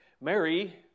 Mary